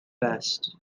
best